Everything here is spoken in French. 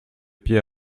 pieds